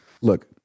look